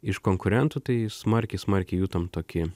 iš konkurentų tai smarkiai smarkiai jutom tokį